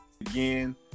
Again